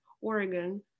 Oregon